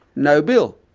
no bill,